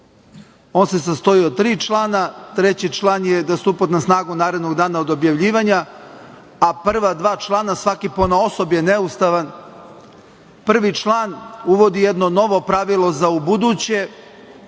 On se sastoji od tri člana, treći član je da stupa na snagu narednog dana od objavljivanja, a prva dva člana svaki ponaosob je neustavan. Prvi član uvodi jedno novo pravilo za ubuduće,